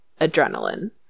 adrenaline